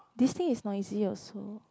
this thing is noisy also